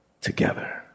together